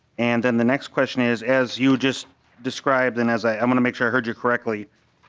and then the next question is as you just described and as i want to make sure i heard you correctly